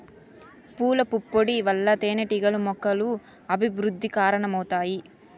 పూల పుప్పొడి వల్ల తేనెటీగలు మొక్కల అభివృద్ధికి కారణమవుతాయి